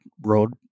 road